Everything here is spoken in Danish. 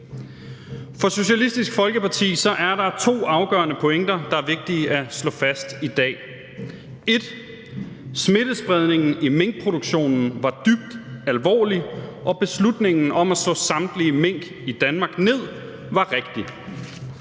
For Socialistisk Folkeparti er der to afgørende pointer, der er vigtige at slå fast i dag, 1) at smittespredningen i minkproduktionen var dybt alvorlig og beslutningen om at slå samtlige mink i Danmark ned var rigtig,